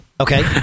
Okay